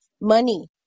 money